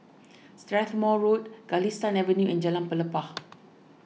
Strathmore Road Galistan Avenue and Jalan Pelepah